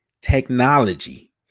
technology